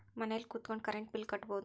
ಮನೆಲ್ ಕುತ್ಕೊಂಡ್ current bill ಕಟ್ಬೊಡು